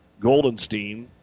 Goldenstein